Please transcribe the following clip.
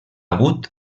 hagut